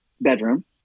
bedroom